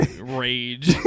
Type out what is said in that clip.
rage